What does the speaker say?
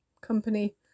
company